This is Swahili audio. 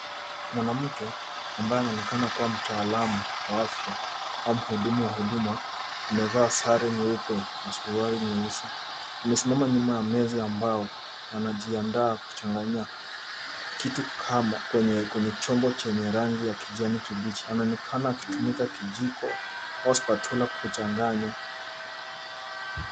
Mwanamke ambaye anaonekana kuwa mtaalamu wa afya au mhudumu wa huduma amevaa sare nyeupe na suruali nyeusi. Amesimama nyuma ya meza ya mbao, anajiandaa kuchanganya kitu kwenye chomba chenye rangi ya kijani kibichi, anaonekana akitumia kijiko au spatula kuchanganya.